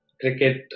cricket